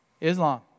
Islam